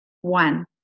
One